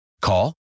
Call